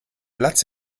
platz